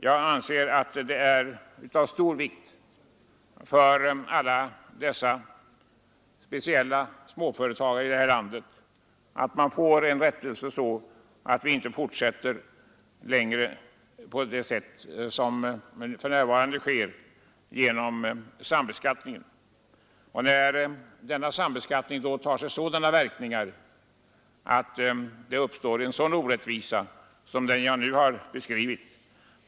Jag anser att det är av stor vikt speciellt för alla småföretagare i detta land att få en rättelse på den här punkten, eftersom sambeskattningen leder till en sådan orättvisa som den jag nyss har beskrivit.